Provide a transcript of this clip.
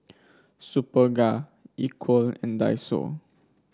Superga Equal and Daiso